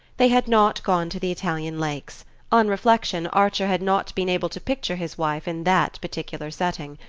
they had not gone to the italian lakes on reflection, archer had not been able to picture his wife in that particular setting.